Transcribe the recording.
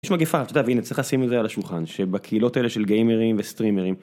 יש מגפה את יודעת והנה צריך לשים את זה על השולחן שבקהילות אלה של גיימרים וסטרימרים.